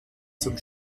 zum